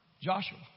Joshua